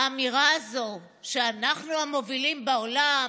האמירה הזו שאנחנו המובילים בעולם,